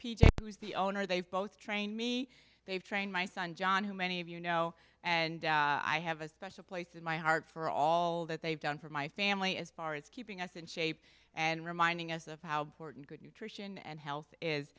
peter who's the owner they've both trained me they've trained my son john who many of you know and i have a special place in my heart for all that they've done for my family as far as keeping us in shape and reminding us of how porton good nutrition and health is